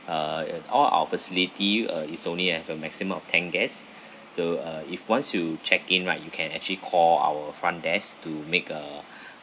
uh and all our facility uh is only have a maximum of ten guests so uh if once you check in right you can actually call our front desk to make a